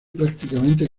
prácticamente